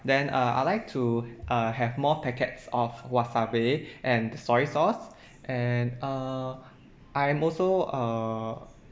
then uh I'll like to uh have more packets of wasabi and soy sauce and uh I'm also err